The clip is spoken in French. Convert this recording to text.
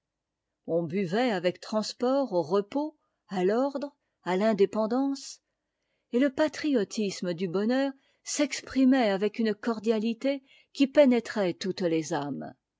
on buvait avec transport au repos à l'ordre à l'indépendance et le patriotisme du bonheur s'exprimait avec une cordialité qui pénétrait toutes les âmes